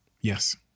yes